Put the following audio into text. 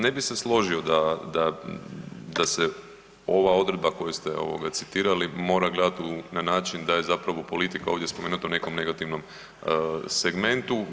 Ne bi se složio da, da se ova odredba koju ste ovoga citirali mora gledati na način da je zapravo politika ovdje spomenuta u nekom negativnom segmentu.